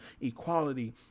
equality